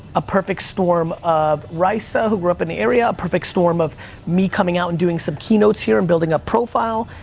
a perfect storm of risa, who grew up in the area, a perfect storm of me coming out and doing some keynotes here and building up profile,